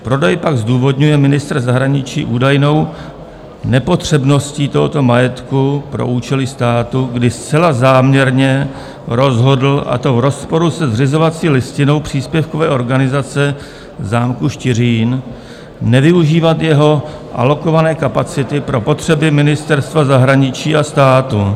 Prodej pak zdůvodňuje ministr zahraničí údajnou nepotřebností tohoto majetku pro účely státu, kdy zcela záměrně rozhodl, a to v rozporu se zřizovací listinou příspěvkové organizace zámku Štiřín, nevyužívat jeho alokované kapacity pro potřeby Ministerstva zahraničí a státu.